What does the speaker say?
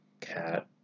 cat